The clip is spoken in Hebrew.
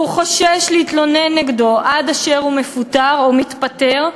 והוא חושש להתלונן נגדו עד אשר הוא מפוטר או מתפטר,